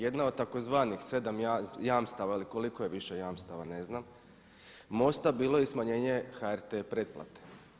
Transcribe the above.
Jedna od tzv. 7 jamstava ili koliko je više jamstava, ne znam, MOST-a bilo je i smanjenje HRT pretplate.